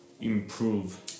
improve